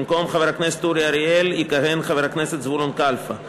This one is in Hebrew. במקום חבר הכנסת אורי אריאל יכהן חבר הכנסת זבולון קלפה.